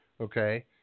okay